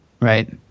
Right